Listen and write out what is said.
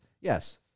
yes